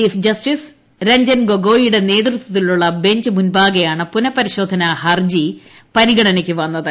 chief justice Ranjan ഗോഗോയിയുടെ നേതൃത്വത്തിലുള്ള bench മുമ്പാകെയാണ് പുനപരിശോധന ഹർജി പരിഗണനയ്ക്ക് വന്നത്